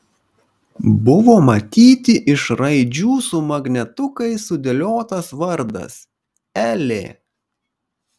buvo matyti iš raidžių su magnetukais sudėliotas vardas elė